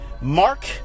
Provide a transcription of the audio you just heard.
Mark